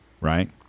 right